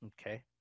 Okay